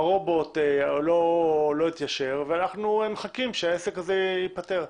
הרובוט לא התיישר ואנחנו מחכים שזה ייפתר.